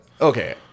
Okay